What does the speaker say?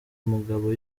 mugabo